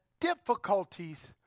difficulties